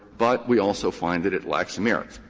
but we also find that it lacks the merits.